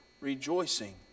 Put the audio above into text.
rejoicing